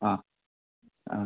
ആ ആ